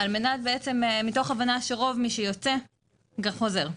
אנחנו מגבילים את היציאה מתוך הבנה שרוב מי שיוצא גם חוזר.